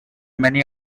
many